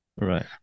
Right